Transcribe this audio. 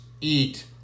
eat